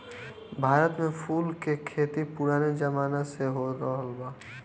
भारत में फूल के खेती पुराने जमाना से होरहल बा